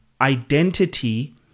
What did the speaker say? identity